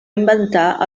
inventar